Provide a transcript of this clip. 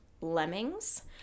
lemmings